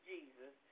Jesus